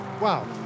Wow